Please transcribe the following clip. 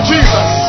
Jesus